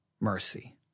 mercy